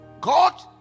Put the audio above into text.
God